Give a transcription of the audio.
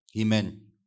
Amen